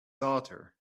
daughter